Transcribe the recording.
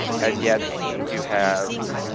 and yet, you have.